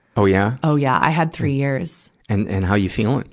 oh, yeah? oh, yeah. i had three years. and, and how you feeling?